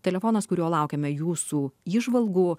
telefonas kuriuo laukiame jūsų įžvalgų